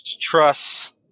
Trust